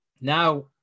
now